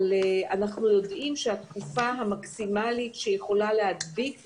אבל אנחנו יודעים שהתקופה המקסימלית שיכולה להדביק.